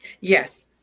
Yes